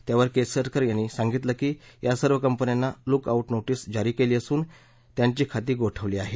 त्यावर केसरकर यांनी सांगितलं की या सर्व कंपन्यांना लक आऊट नोटीस जारी केली असन त्यांची खाती गोठवली आहेत